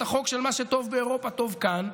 את החוק של מה שטוב באירופה טוב כאן,